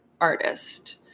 artist